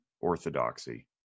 orthodoxy